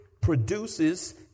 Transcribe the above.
produces